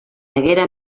haguera